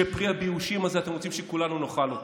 שאת פרי הביאושים הזה אתם רוצים שכולנו נאכל.